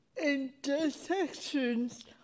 Intersections